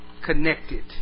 connected